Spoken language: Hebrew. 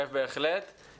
בהחלט מצטרף לדברים.